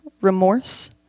remorse